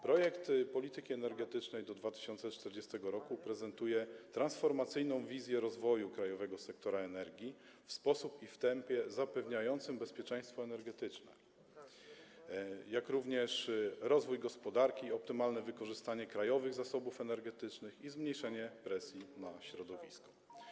Projekt polityki energetycznej do 2040 r. prezentuje transformacyjną wizję rozwoju krajowego sektora energii w taki sposób i w takim tempie, które zapewniają bezpieczeństwo energetyczne, jak również rozwój gospodarki, optymalne wykorzystanie krajowych zasobów energetycznych i zmniejszenie presji na środowisko.